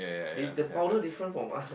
did the powder different from us